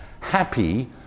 happy